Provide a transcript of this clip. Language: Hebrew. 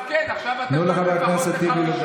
שר המשפטים לא חייב לענות לו.